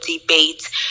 debate